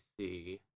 see